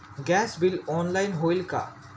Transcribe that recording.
Gas bill online होईल का?